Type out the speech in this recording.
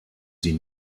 sie